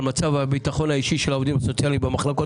מצב הביטחון האישי של העובדים הסוציאליים במחלקות